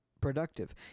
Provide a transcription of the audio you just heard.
productive